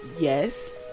yes